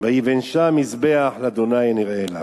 ויבן שם מזבח לה' הנראה אליו".